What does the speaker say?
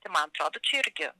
tai man atrodo čia irgi